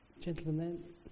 Gentlemen